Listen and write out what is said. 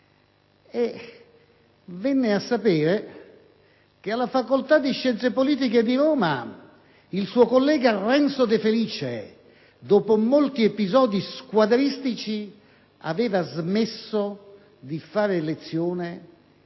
e venne a sapere che alla facoltà di scienze politiche dell'università di Roma il suo collega Renzo De Felice, dopo molti episodi squadristici, aveva smesso di fare lezione